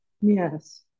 Yes